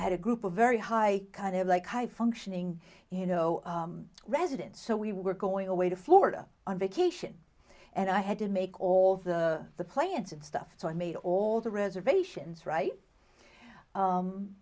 had a group a very high kind of like high functioning you know resident so we were going away to florida on vacation and i had to make all the plans and stuff so i made all the reservations right